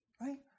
right